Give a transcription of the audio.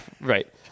right